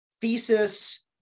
thesis